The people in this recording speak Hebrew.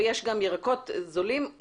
ויש גם ירקות זולים,